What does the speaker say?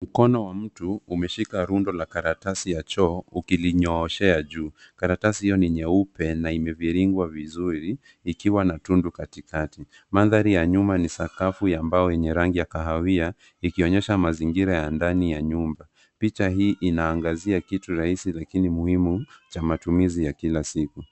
Mkono wa mtu umeshika rundo la karatasi ya choo ukilinyooshea juu. Karatasi hiyo ni nyeupe na imevirigwa vizuri ikiwa na tundu katikati. Mandhari ya nyuma ni sakafu ya mbao yenye rangi ya kahawia ikionyesha mazingira ya ndani ya nyumba. Picha hii inaangazia kitu rahisi lakini muhimu cha matumizi ya ila siku.